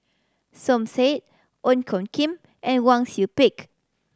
Som Said Ong Tjoe Kim and Wang Sui Pick